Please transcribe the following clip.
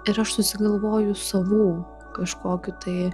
ir aš susigalvoju savų kažkokių tai